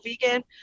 vegan